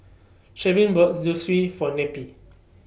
bought Zosui For Neppie